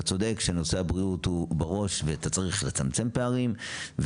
אתה צודק שנושא הבריאות הוא בראש ואתה צריך לצמצם פערים,